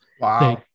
Wow